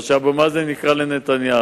או שאבו מאזן יקרא לנתניהו.